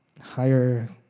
higher